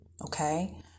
Okay